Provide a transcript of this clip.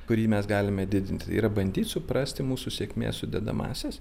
kurį mes galime didinti yra bandyt suprasti mūsų sėkmės sudedamąsias